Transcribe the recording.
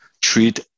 treat